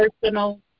personal